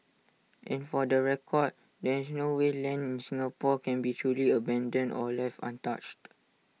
and for the record there is no way land in Singapore can be truly abandoned or left untouched